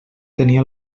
tenia